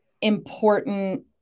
important